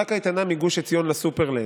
"אתמול הלכה קייטנה מגוש עציון לסופרלנד.